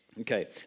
Okay